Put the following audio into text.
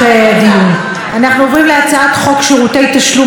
אנחנו עוברים להצעת חוק שירותי תשלום,